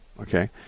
Okay